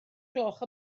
gloch